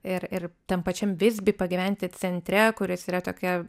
ir ir tam pačiam visby pagyventi centre kuris yra tokia